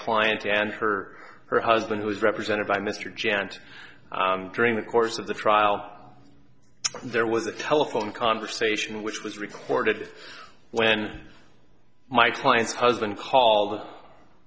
client and her her husband who is represented by mr gent during the course of the trial there was a telephone conversation which was recorded when my client husband call